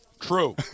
True